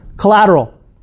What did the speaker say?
Collateral